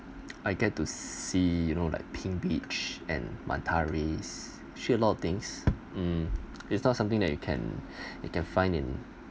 I get to see you know like pin beach and manta rays actually a lot of things mm it's not something that you can you can find in